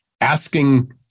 asking